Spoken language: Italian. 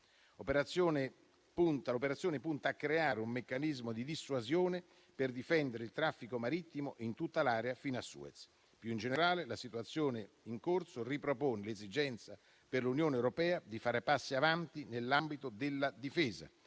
L'operazione punta a creare un meccanismo di dissuasione per difendere il traffico marittimo in tutta l'area fino a Suez. Più in generale, la situazione in corso ripropone l'esigenza per l'Unione europea di fare passi avanti nell'ambito della difesa